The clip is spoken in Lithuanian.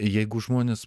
jeigu žmonės